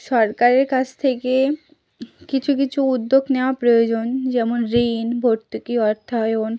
সরকারের কাছ থেকে কিছু কিছু উদ্যোগ নেওয়া প্রয়োজন যেমন ঋণ ভর্তুকি অর্থায়ন